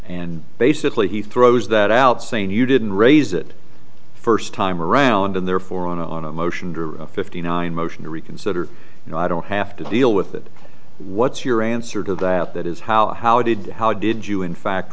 and basically he throws that out saying you didn't raise it the first time around and therefore on a on a motion to a fifty nine motion to reconsider you know i don't have to deal with it what's your answer to that that is how how did it how did you in fact